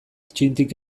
txintik